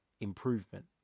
improvement